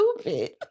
stupid